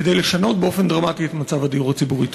כדי לשנות באופן דרמטי את מצב הדיור הציבורי.